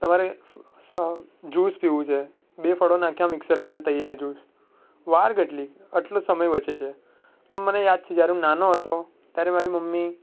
તમારે જૂસ પીવું છે બે ફળો નાખ્યા મિક્સરમાં ને તૈયાર જૂસ વાર કેટલી આટલો સમય બચે છે મને યાદ છે જ્યારે હું નાનો હતો ત્યારે મારી મમ્મી